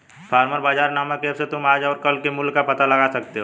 farmer बाजार नामक app से तुम आज और कल के मूल्य का पता लगा सकते हो